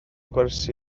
gwersi